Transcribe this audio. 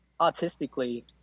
artistically